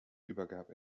übergab